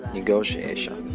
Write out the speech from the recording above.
negotiation